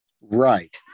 Right